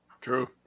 True